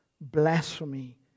blasphemy